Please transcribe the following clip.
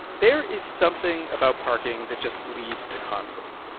there is something about parking that just leads to conflict.